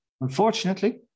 Unfortunately